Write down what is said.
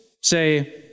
Say